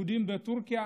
יהודים בטורקיה,